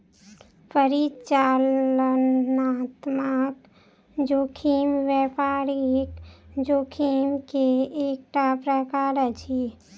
परिचालनात्मक जोखिम व्यापारिक जोखिम के एकटा प्रकार अछि